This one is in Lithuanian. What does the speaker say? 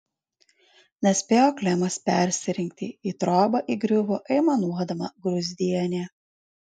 nespėjo klemas persirengti į trobą įgriuvo aimanuodama gruzdienė